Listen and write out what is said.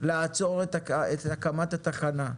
לעצור את הקמת התחנה?